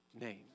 name